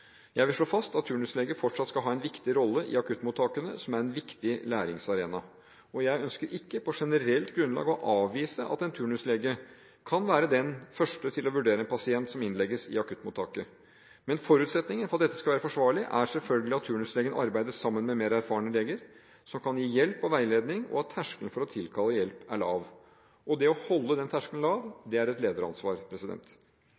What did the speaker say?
Jeg vil slå fast at turnusleger fortsatt skal ha en viktig rolle i akuttmottakene, som er en viktig læringsarena. Jeg ønsker ikke på generelt grunnlag å avvise at en turnuslege kan være den første til å vurdere en pasient som innlegges i akuttmottaket. Men forutsetningen for at dette skal være forsvarlig er selvfølgelig at turnuslegen arbeider sammen med mer erfarne leger som kan gi hjelp og veiledning, og at terskelen for å tilkalle hjelp er lav. Det å holde den terskelen lav,